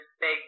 big